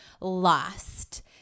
lost